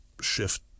shift